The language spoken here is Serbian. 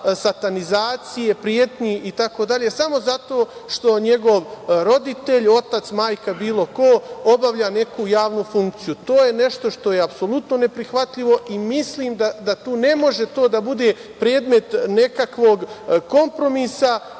satanizacije, pretnji itd. samo zato što njegov roditelj, otac, majka, bilo ko, obavlja neku javnu funkciju. To je nešto je apsolutno neprihvatljivo i mislim da tu ne može to da bude predmet nekakvog kompromisa